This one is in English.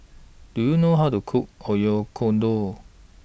Do YOU know How to Cook Oyakodon